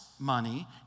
money